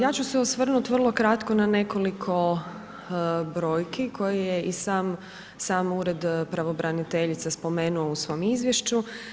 Ja ću se osvrnuti vrlo kratko na nekoliko brojki koje i sam Ured pravobraniteljice spomenuo u svom izvješću.